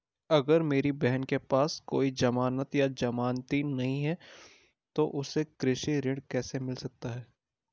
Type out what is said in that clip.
अगर मेरी बहन के पास कोई जमानत या जमानती नहीं है तो उसे कृषि ऋण कैसे मिल सकता है?